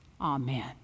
amen